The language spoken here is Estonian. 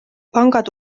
pangad